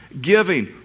giving